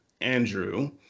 Andrew